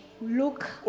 Look